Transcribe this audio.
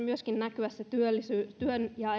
myöskin se työn ja